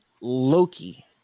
Loki